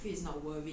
like like